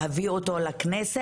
להביא אותו לכנסת,